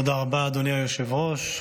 תודה רבה, אדוני היושב-ראש.